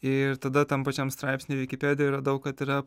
ir tada tam pačiam straipsny vikipedijoj radau kad yra